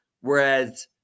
Whereas